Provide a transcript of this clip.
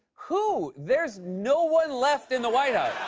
who! there is no one left in the white house.